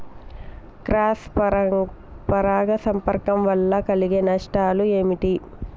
Cross పరాగ సంపర్కం వల్ల కలిగే నష్టాలు ఏమిటి?